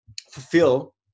fulfill